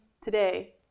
today